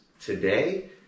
today